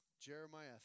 Jeremiah